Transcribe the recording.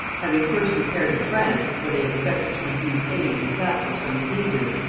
having first repaired to france, where they expected to receive aid and counsels from the guises,